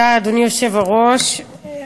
אדוני היושב-ראש,